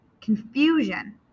confusion